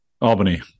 Albany